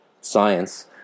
Science